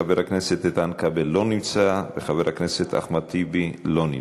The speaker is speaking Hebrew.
חבר הכנסת איתן כבל לא נמצא וחבר הכנסת אחמד טיבי לא נמצא.